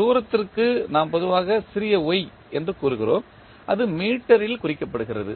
தூரத்திற்கு நாம் பொதுவாக சிறிய y என்று கூறுகிறோம் இது மீட்டரில் குறிக்கப்படுகிறது